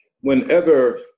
whenever